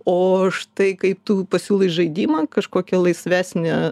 o štai kai tu pasiūlai žaidimą kažkokia laisvesne